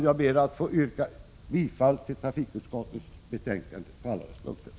Jag ber att få yrka bifall till alla punkter i trafikutskottets hemställan.